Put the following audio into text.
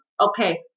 Okay